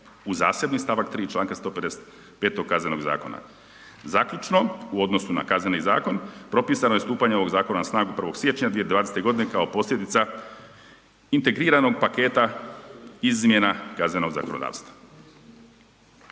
u zasebni stavak 3. članka 155. KZ-a. Zaključno, u odnosu na Kazneni zakon propisano je stupanje ovog zakona na snagu 1. siječnja 2020. godine kao posljedica integriranog paketa izmjena kaznenog zakonodavstva.